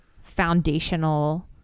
foundational